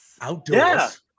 outdoors